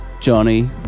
Johnny